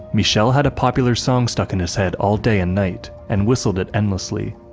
michel had a popular song stuck in his head all day and night, and whistled it endlessly.